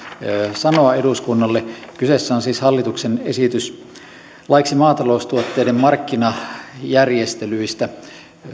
sanoa eduskunnalle kyseessä on siis hallituksen esitys laiksi maataloustuotteiden markkinajärjestelyistä